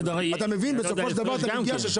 שאתה לא יודע לצפות גם כן.